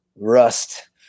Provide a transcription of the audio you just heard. rust